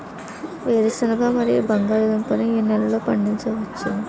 వేరుసెనగ మరియు బంగాళదుంప ని ఏ నెలలో పండించ వచ్చు?